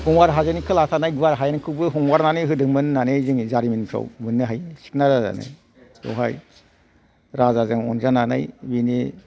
गंगार हायेननि खोलाहा थानाय हायेनखौबो हंगारना होदोंमोन होननानै जोङो जारिमिनफोराव सिकना राजाजों बावहाय राजाजों अनजानानै बिदि